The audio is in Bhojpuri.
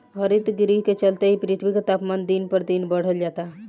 हरितगृह के चलते ही पृथ्वी के तापमान दिन पर दिन बढ़ल जाता